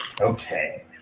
Okay